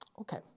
Okay